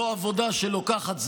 זו עבודה שלוקחת זמן,